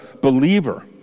believer